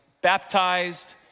baptized